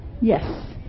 Yes